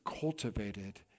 cultivated